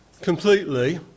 completely